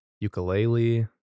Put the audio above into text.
ukulele